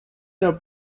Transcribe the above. der